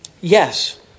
Yes